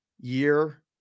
year